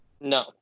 No